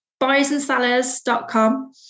buyersandsellers.com